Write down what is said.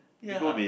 ya